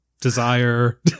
desire